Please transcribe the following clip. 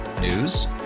News